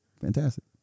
Fantastic